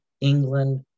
England